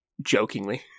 jokingly